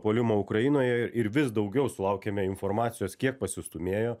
puolimą ukrainoje ir vis daugiau sulaukiame informacijos kiek pasistūmėjo